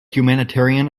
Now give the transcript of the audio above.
humanitarian